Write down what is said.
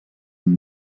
amb